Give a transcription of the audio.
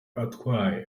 atwaye